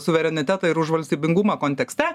suverenitetą ir už valstybingumą kontekste